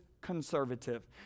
conservative